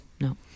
no